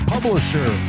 Publisher